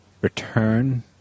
return